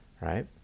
right